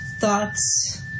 thoughts